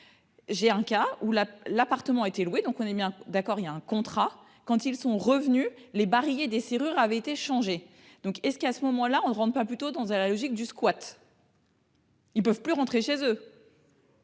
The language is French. J'ai un cas où la l'appartement était loué. Donc on est bien d'accord, il y a un contrat quand ils sont revenus les Barrier des serrures avaient été changés. Donc est-ce qu'à ce moment-là, on ne rentre pas plus tôt dans à la logique du squat. Ils peuvent plus rentrer chez eux.